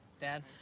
Dad